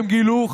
הם גילו,